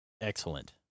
excellent